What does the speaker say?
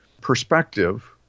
perspective